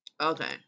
Okay